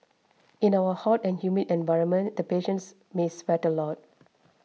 in our hot and humid environment the patients may sweat a lot